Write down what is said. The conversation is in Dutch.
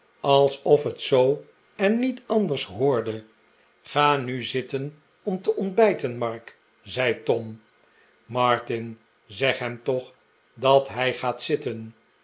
alsof het zoo en niet anders hoorde ga nu zitten om te ontbijten mark zei tom martin zeg hem toch dat hij gaat zitten